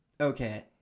okay